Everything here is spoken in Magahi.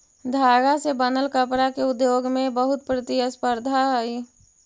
धागा से बनल कपडा के उद्योग में बहुत प्रतिस्पर्धा हई